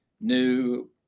new